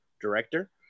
director